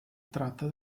tratte